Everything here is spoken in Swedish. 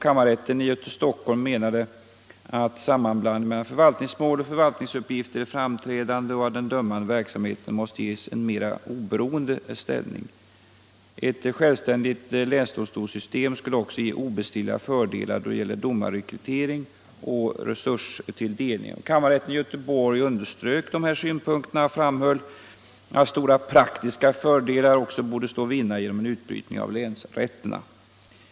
Kammarrätten i Stockholm anser att sammanblandningen mellan förvaltningsmål och förvaltningsuppgifter är framträdande och att den dömande verksamheten måste ges en mera oberoende ställning. Ett självständigt länsdomstolssystem skulle också innebära obestridliga fördelar då det gäller domarrekryteringen och resurstilldelningen. Kammarrätten i Göteborg understryker dessa synpunkter och framhåller att stora praktiska fördelar bör stå att vinna genom en utbrytning av länsrätterna.